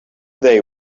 they